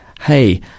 hey